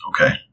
Okay